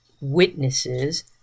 witnesses